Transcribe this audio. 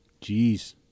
Jeez